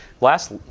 Last